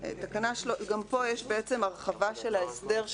גם פה יש הרחבה של ההסדר,